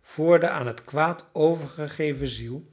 voor de aan het kwaad overgegeven ziel